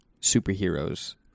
superheroes